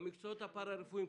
במקצועות הפרה-רפואיים,